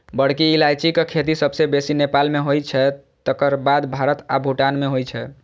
बड़की इलायचीक खेती सबसं बेसी नेपाल मे होइ छै, तकर बाद भारत आ भूटान मे होइ छै